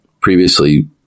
previously